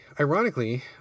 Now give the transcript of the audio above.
ironically